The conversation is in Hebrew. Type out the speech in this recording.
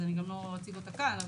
אז אני גם לא אציג אותה כאן.